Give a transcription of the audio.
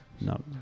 No